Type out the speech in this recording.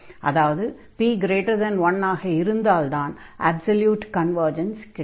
அதாவது p1 ஆக இருந்தால்தான் அப்ஸல்யூட் கன்வர்ஜன்ஸ் கிடைக்கும்